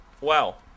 Wow